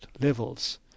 levels